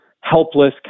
helpless